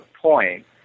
point